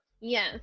Yes